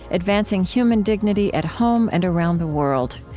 advancing human dignity at home and around the world.